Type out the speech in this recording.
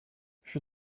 she